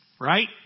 right